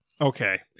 Okay